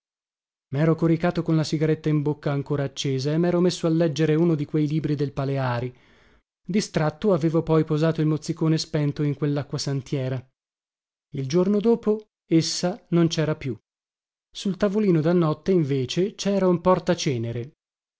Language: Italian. letto mero coricato con la sigaretta in bocca ancora accesa e mero messo a leggere uno di quei libri del paleari distratto avevo poi posato il mozzicone spento in quellacquasantiera il giorno dopo essa non cera più sul tavolino da notte invece cera un portacenere